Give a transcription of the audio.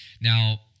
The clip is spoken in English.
Now